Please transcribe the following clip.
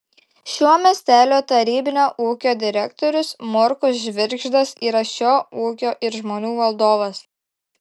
šio miestelio tarybinio ūkio direktorius morkus žvirgždas yra šio ūkio ir žmonių valdovas